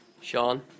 Sean